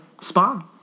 spa